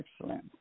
excellent